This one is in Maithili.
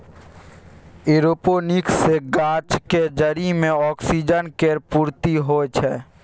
एरोपोनिक्स सँ गाछक जरि मे ऑक्सीजन केर पूर्ती होइ छै